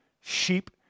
sheep